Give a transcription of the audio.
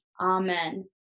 Amen